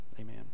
Amen